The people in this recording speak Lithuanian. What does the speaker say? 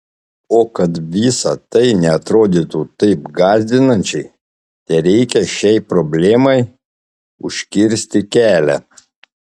o kad visa tai neatrodytų taip gąsdinančiai tereikia šiai problemai užkirsti kelią